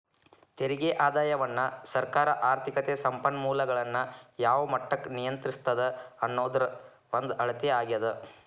ತೆರಿಗೆ ಆದಾಯವನ್ನ ಸರ್ಕಾರ ಆರ್ಥಿಕತೆ ಸಂಪನ್ಮೂಲಗಳನ್ನ ಯಾವ ಮಟ್ಟಕ್ಕ ನಿಯಂತ್ರಿಸ್ತದ ಅನ್ನೋದ್ರ ಒಂದ ಅಳತೆ ಆಗ್ಯಾದ